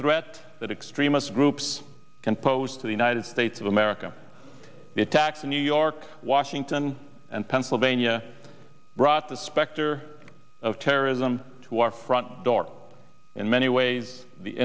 threat that extremists groups can pose to the united states of america the attacks in new york washington and pennsylvania brought the specter of terrorism to our front door in many ways the